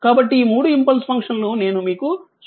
కాబట్టి ఈ మూడు ఇంపల్స్ ఫంక్షన్లు నేను మీకు చూపించాను